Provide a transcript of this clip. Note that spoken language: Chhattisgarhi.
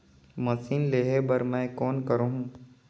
मशीन लेहे बर मै कौन करहूं?